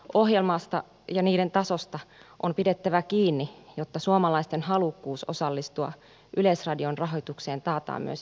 ohjelmista ja niiden tasosta on pidettävä kiinni jotta suomalaisten halukkuus osallistua yleisradion rahoitukseen taataan myös jatkossa